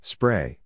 Spray